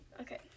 okay